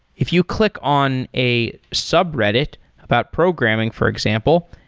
if you click on a sub-reddit about programming, for example,